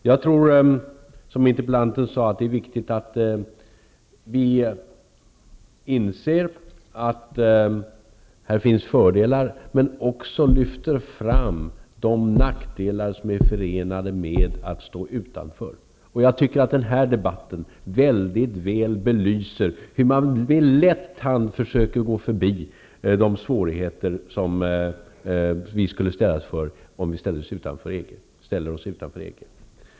Jag tror som interpellanten att det är viktigt att vi inser att här finns fördelar men också lyfter fram de nackdelar som är förenade med att stå utanför EG. Jag tycker att den här debatten mycket väl belyser hur man väldigt lätt försöker gå förbi de svårigheter vi skulle ställas inför om vi ställer oss utanför EG.